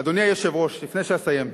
אדוני היושב-ראש, לפני שאסיים,